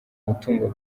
mutungo